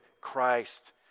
Christ